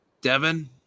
Devin